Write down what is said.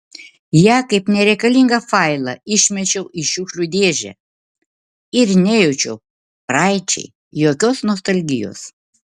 ją kaip nereikalingą failą išmečiau į šiukšlių dėžę ir nejaučiau praeičiai jokios nostalgijos